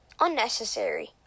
unnecessary